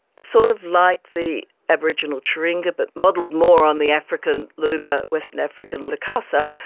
sort of like the aboriginal tjuringa but modelled more on the african luba, western african lukasa.